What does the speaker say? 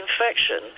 infection